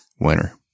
winner